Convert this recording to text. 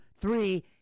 three